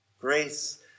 grace